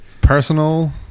personal